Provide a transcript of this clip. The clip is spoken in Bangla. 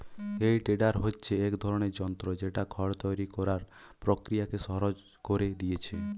এই টেডার হচ্ছে এক ধরনের যন্ত্র যেটা খড় তৈরি কোরার প্রক্রিয়াকে সহজ কোরে দিয়েছে